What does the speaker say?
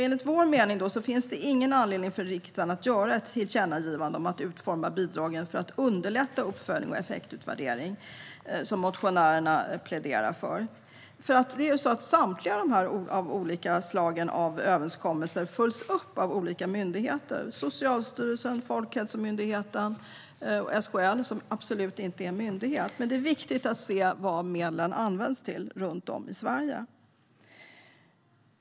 Enligt vår mening finns det ingen anledning för riksdagen att göra ett tillkännagivande om att bidragen bör utformas för att underlätta uppföljning och effektutvärdering, som motionärerna pläderar för. Samtliga överenskommelser av olika slag följs nämligen upp av olika myndigheter: Socialstyrelsen och Folkhälsomyndigheten samt SKL, som absolut inte är en myndighet. Det är viktigt att se vad medlen används till runt om i Sverige.